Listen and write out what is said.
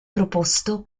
proposto